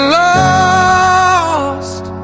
lost